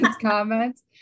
comments